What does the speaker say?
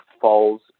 falls